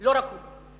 לא רק הוא.